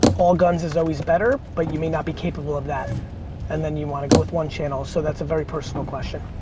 all guns is always better but you may not be capable of that and then you want to go with one channel so that's a very personal question.